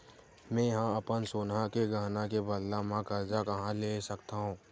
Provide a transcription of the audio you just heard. मेंहा अपन सोनहा के गहना के बदला मा कर्जा कहाँ ले सकथव?